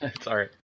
Sorry